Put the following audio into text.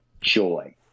joy